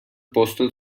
postal